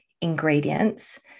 ingredients